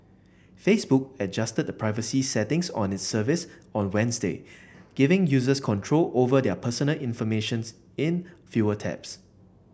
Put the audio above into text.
Facebook adjusted the privacy settings on its service on Wednesday giving users control over their personal informatios in fewer taps